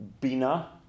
Bina